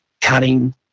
cutting